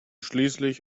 schließlich